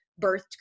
birthed